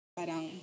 parang